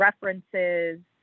references